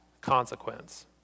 consequence